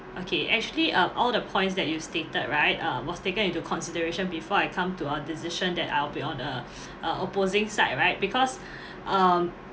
okay actually uh all the points that you stated right uh was taken into consideration before I come to a decision that I'll be on uh uh opposing side right because um